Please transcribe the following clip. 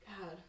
god